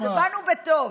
באנו בטוב.